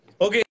Okay